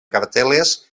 cartel·les